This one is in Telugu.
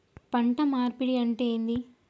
పంట మార్పిడి అంటే ఏంది?